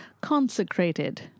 consecrated